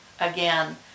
again